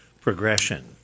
progression